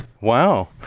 Wow